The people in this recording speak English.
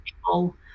people